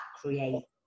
create